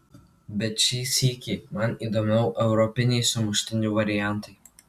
bet šį sykį man įdomiau europiniai sumuštinių variantai